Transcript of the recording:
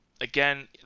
again